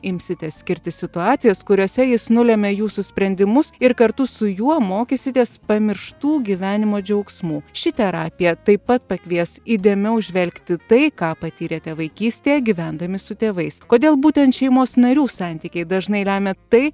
imsite skirti situacijas kuriose jis nulemia jūsų sprendimus ir kartu su juo mokysitės pamirštų gyvenimo džiaugsmų ši terapija taip pat pakvies įdėmiau žvelgt į tai ką patyrėte vaikystėje gyvendami su tėvais kodėl būtent šeimos narių santykiai dažnai lemia tai